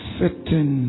certain